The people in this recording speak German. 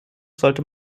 sollte